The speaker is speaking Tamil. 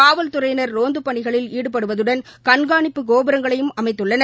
காவல்துறையினர் ரோந்தப் பணிகளில் ஈடுபடுவதுடன் கண்காணிப்பு கோபுரங்களையும் அமைத்துள்ளனர்